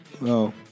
No